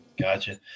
Gotcha